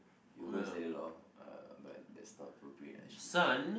you go and study law uh but that's not appropriate actually